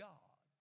God